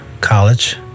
College